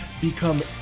become